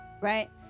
right